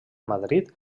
madrid